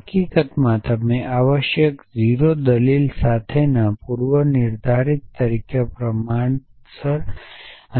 હકીકતમાં તમે આવશ્યક 0 દલીલો સાથેના પૂર્વનિર્ધારિત તરીકે પ્રમાણસર